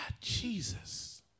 Jesus